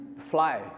fly